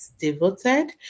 devoted